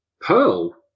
Pearl